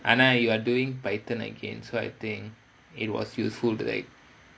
and now you are doing python again so I think it was useful right